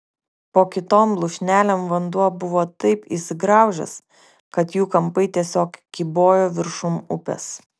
po kitom lūšnelėm vanduo buvo taip įsigraužęs kad jų kampai tiesiog kybojo viršum upės